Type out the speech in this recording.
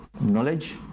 knowledge